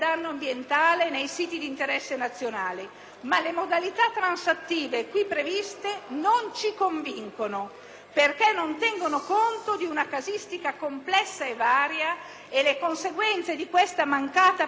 perché non tengono conto di una casistica complessa e varia e le conseguenze di questa mancata previsione saranno disastrose. *(Brusìo in Aula).* Colleghi, capisco che abbiamo tutti fretta di concludere